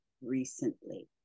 recently